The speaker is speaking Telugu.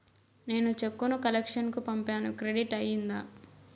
నేను చెక్కు ను కలెక్షన్ కు పంపాను క్రెడిట్ అయ్యిందా